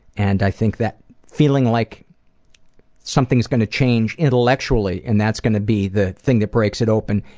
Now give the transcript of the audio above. and i think that feeling like something's gonna change intellectually, and that's gonna be the thing that breaks it open,